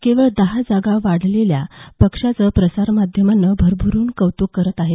केवळ दहा जागा वाढलेल्या पक्षाचं प्रसारमाध्यमं भरभरुन कौत्क करत आहेत